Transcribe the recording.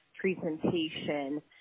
presentation